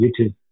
YouTube